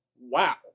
Wow